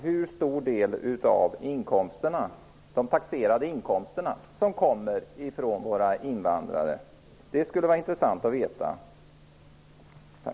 Hur stor del av de taxerade inkomsterna kommer från våra invandrare? Det vore intressant att få veta det.